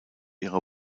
ihrer